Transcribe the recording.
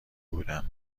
بودم